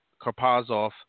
Karpazov